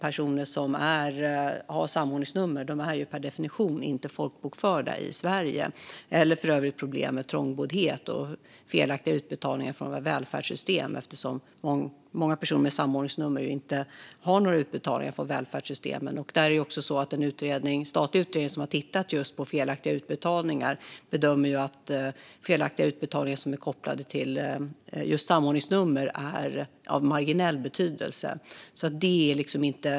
Personer som har samordningsnummer är per definition inte folkbokförda i Sverige. Inte heller åtgärdas problem med trångboddhet eller felaktiga utbetalningar från välfärdssystemen. Många personer med samordningsnummer har inga utbetalningar från dessa. En statlig utredning har tittat på felaktiga utbetalningar. I den bedömer man att felaktiga utbetalningar som är kopplade till samordningsnummer har marginell betydelse.